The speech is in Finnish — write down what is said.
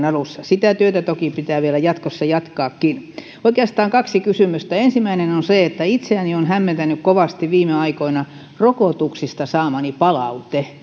alussa sitä työtä toki pitää vielä jatkossa jatkaakin oikeastaan kaksi kysymystä ensimmäinen on se että itseäni on hämmentänyt kovasti viime aikoina rokotuksista saamani palaute